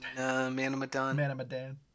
Manamadan